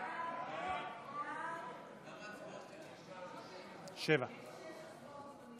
ההצעה להעביר את הצעת החוק